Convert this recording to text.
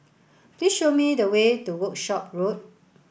please show me the way to Workshop Road